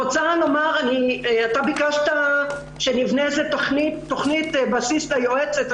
ביקשת שנבנה איזו תוכנית בסיס ליועצת.